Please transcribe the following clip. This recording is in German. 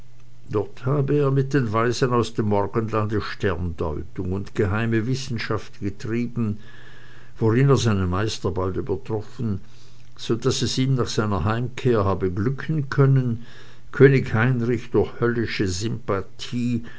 dort habe er mit weisen aus dem morgenlande sterndeutung und geheime wissenschaft getrieben worin er seine meister bald übertroffen so daß es ihm nach seiner heimkehr habe glücken können könig heinrich durch höllische sympathie